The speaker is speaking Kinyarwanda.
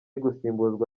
gusimbuzwa